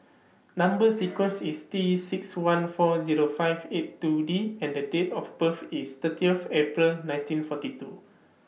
Number sequence IS T six one four Zero five eight two D and The Date of birth IS thirtieth April nineteen forty two